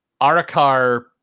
Arakar